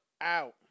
out